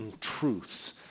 truths